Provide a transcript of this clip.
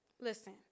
listen